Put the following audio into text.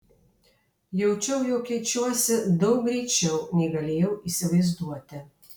jaučiau jog keičiuosi daug greičiau nei galėjau įsivaizduoti